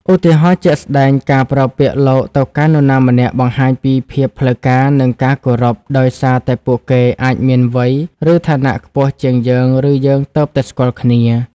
ឧទាហរណ៍ជាក់ស្តែង ការប្រើពាក្យ លោក ទៅកាន់នរណាម្នាក់បង្ហាញពីភាពផ្លូវការ និងការគោរព ដោយសារតែពួកគេអាចមានវ័យ ឬឋានៈខ្ពស់ជាងយើង ឬយើងទើបតែស្គាល់។